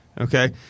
Okay